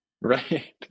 Right